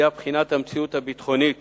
היה בחינת המציאות הביטחונית